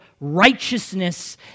righteousness